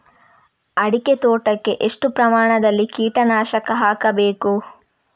ಅಡಿಕೆ ತೋಟಕ್ಕೆ ಎಷ್ಟು ಪ್ರಮಾಣದಲ್ಲಿ ಕೀಟನಾಶಕ ಹಾಕಬೇಕು?